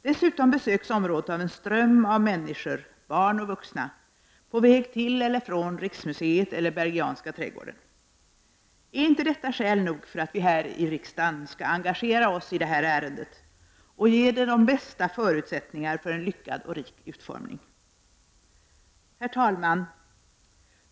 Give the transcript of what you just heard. Dessutom besöks området av en ström av människor — barn och vuxna — på väg till eller från Riksmuseet eller Bergianska trädgården. Är inte detta skäl nog för att vi här i riksdagen skall engagera oss i detta ärende och ge det de bästa förutsättningar för en lyckad och rik utformning? Herr talman!